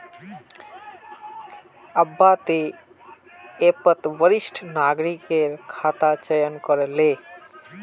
अब्बा ती ऐपत वरिष्ठ नागरिकेर खाता चयन करे ले